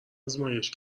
آزمایش